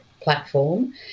platform